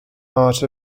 art